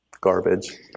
garbage